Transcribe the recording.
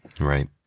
Right